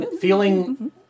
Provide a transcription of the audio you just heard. feeling